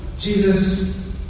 Jesus